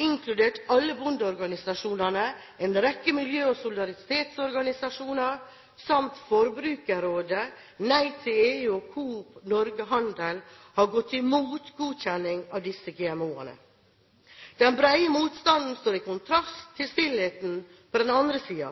inkludert alle bondeorganisasjonene, en rekke miljø- og solidaritetsorganisasjoner samt Forbrukerrådet, Nei til EU og Coop Norge Handel har gått imot godkjenning av disse GMO-ene. Den brede motstanden står i kontrast til stillheten på den andre